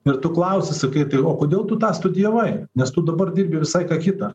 ir tu klausi sakai tai o kodėl tu tą studijavai nes tu dabar dirbi visai ką kitą